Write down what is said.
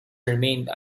remained